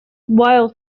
while